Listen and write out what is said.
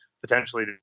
potentially